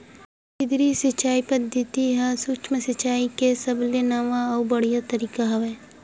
केदरीय सिचई पद्यति ह सुक्ष्म सिचाई के सबले नवा अउ बड़िहा तरीका हरय